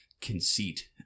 conceit